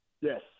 Yes